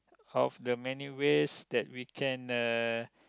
of the many ways that we can uh